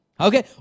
Okay